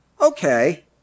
Okay